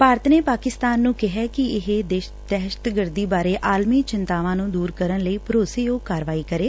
ਭਾਰਤ ਨੇ ਪਾਕਿਸਤਾਨ ਨੂੰ ਕਿਹਾ ਕਿ ਇਹ ਦਹਿਸ਼ਤਗਰਦੀ ਬਾਰੇ ਆਲਮੀ ਚਿੰਤਾਵਾਂ ਨੂੰ ਦੁਰ ਕਰਨ ਲਈ ਭਰੋਸੇਯੋਗ ਕਾਰਵਾਈ ਕਰੇ